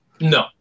No